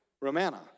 Romana